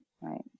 right